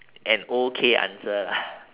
an okay answer lah